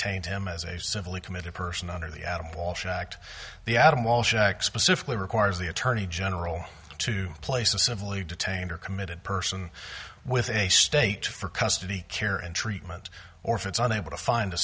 tained him as a civil and committed person under the adam walsh act the adam walsh act specifically requires the attorney general to place a civil or detained or committed person within a state for custody care and treatment or if it's on able to find a